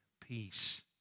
peace